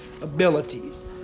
abilities